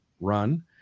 run